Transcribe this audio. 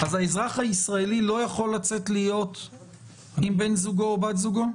אז האזרח הישראלי לא יכול לצאת להיות עם בן או בת זוגו?